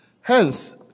Hence